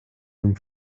dem